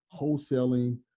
wholesaling